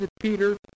Peter